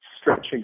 stretching